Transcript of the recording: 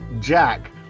Jack